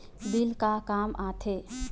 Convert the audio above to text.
Bill का काम आ थे?